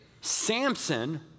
Samson